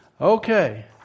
Okay